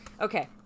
Okay